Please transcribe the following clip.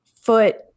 foot